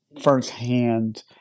firsthand